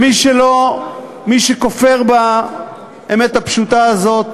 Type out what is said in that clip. ומי שכופר באמת הפשוטה הזאת,